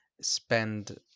spend